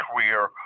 career